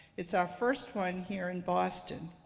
it's our first one here in boston,